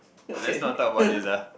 let not talk about this ah